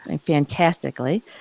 fantastically